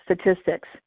statistics